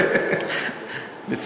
ניתן לכם דוגית קטנה.